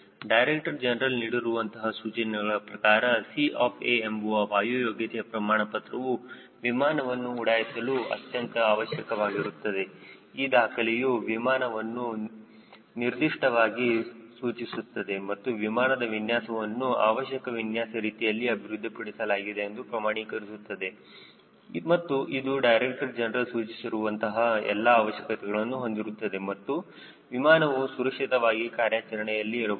director ಜನರಲ್ನೀಡಿರುವಂತಹ ಸೂಚನೆಗಳ ಪ್ರಕಾರ C ಆಫ್ A ಎಂಬುವ ವಾಯು ಯೋಗ್ಯತೆಯ ಪ್ರಮಾಣ ಪತ್ರವು ವಿಮಾನವನ್ನು ಉಡಾಯಿಸಲು ಅತ್ಯಂತ ಅವಶ್ಯಕವಾಗಿರುತ್ತದೆ ಈ ದಾಖಲೆಯು ವಿಮಾನವನ್ನು ನಿರ್ದಿಷ್ಟವಾಗಿ ಸೂಚಿಸುತ್ತದೆ ಮತ್ತು ವಿಮಾನದ ವಿನ್ಯಾಸವನ್ನು ಅವಶ್ಯಕ ವಿನ್ಯಾಸ ರೀತಿಯಲ್ಲಿ ಅಭಿವೃದ್ಧಿಪಡಿಸಲಾಗಿದೆ ಎಂದು ಪ್ರಮಾಣೀಕರಿಸುತ್ತದೆ ಮತ್ತು ಇದು ಡೈರೆಕ್ಟರ್ ಜನರಲ್ ಸೂಚಿಸಿರುವ ಅಂತಹ ಎಲ್ಲಾ ಅವಶ್ಯಕತೆಗಳನ್ನು ಹೊಂದಿರುತ್ತದೆ ಮತ್ತು ವಿಮಾನವು ಸುರಕ್ಷಿತವಾಗಿ ಕಾರ್ಯಾಚರಣೆಯಲ್ಲಿ ಇರಬಹುದು